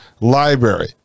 library